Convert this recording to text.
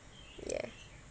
yeah